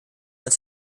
uns